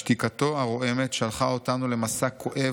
שתיקתו הרועמת שלחה אותנו למסע כואב